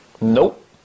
Nope